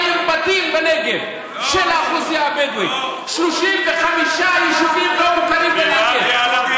כמה שנים המדינה לא מכירה בהם?